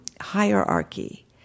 hierarchy